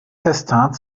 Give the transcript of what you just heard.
testat